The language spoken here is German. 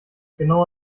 genau